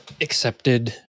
accepted